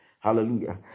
Hallelujah